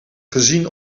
gezien